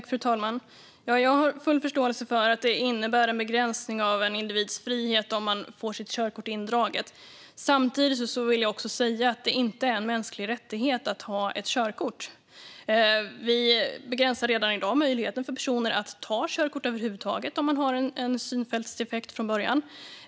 Fru talman! Jag har full förståelse för att det innebär en begränsning av en individs frihet att få sitt körkort indraget. Samtidigt vill jag säga att det inte är en mänsklig rättighet att ha körkort. Vi begränsar redan i dag möjligheten för personer att ta körkort över huvud taget om de har en synfältsdefekt från början.